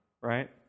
Right